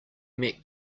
met